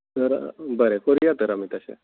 गरा बरें कोरुयां तर आमी तशें